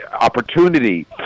opportunity